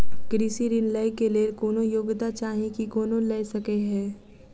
कृषि ऋण लय केँ लेल कोनों योग्यता चाहि की कोनो लय सकै है?